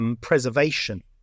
preservation